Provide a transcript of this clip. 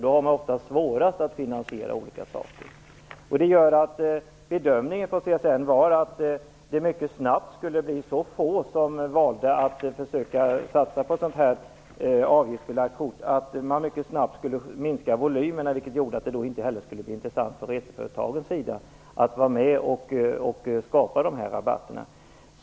Då har de oftast svårast att finansiera olika saker. Bedömningen från CSN var att det mycket snabbt skulle bli så få som valde att försöka satsa på ett avgiftsbelagt kort att volymerna mycket snabbt skulle minska, vilket gör att det inte heller skulle bli intressant för reseföretagens sida att vara med och skapa dessa rabatter.